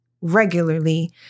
regularly